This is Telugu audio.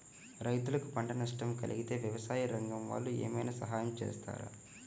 రైతులకు పంట నష్టం కలిగితే వ్యవసాయ రంగం వాళ్ళు ఏమైనా సహాయం చేస్తారా?